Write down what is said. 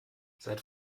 seit